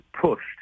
pushed